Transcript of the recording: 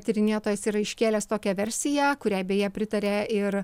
tyrinėtojas yra iškėlęs tokią versiją kuriai beje pritaria ir